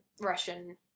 Russian